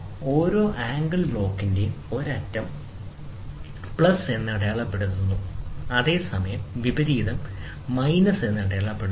ഓരോ ആംഗിൾ ബ്ലോക്കിന്റെയും ഒരറ്റം പ്ലസ് എന്ന് അടയാളപ്പെടുത്തുന്നു അതേസമയം വിപരീതം മൈനസ് എന്ന് അടയാളപ്പെടുത്തുന്നു